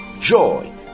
joy